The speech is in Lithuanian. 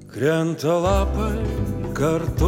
krenta lapai kartu